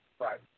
Right